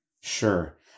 Sure